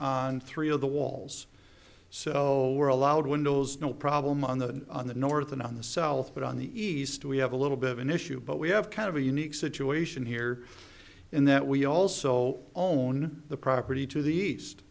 on three of the walls so we're allowed windows no problem on the on the north and on the south but on the east we have a little bit of an issue but we have kind of a unique situation here in that we also own the property to the east